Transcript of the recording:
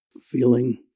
feeling